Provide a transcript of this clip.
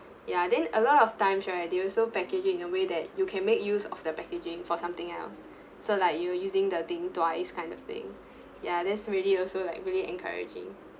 ya then a lot of times right they also package it in a way that you can make use of the packaging for something else so like you're using the thing twice kind of thing yeah that's really you also like really encouraging